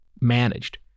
managed